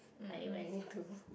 I went to